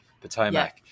Potomac